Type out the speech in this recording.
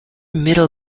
middle